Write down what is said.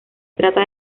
trata